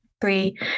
three